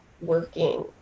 working